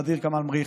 ע'דיר כמאל מריח,